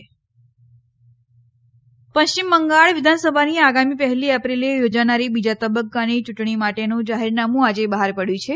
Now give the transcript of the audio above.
આસામ ચૂંટણી પશ્ચિમ બંગાળ વિધાનસભાની આગામી પહેલી એપ્રિલે યોજનારી બીજા તબક્કાની યૂંટણી માટેનું જાહેરનામું આજે બહાર પડ્યું છે